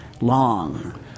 long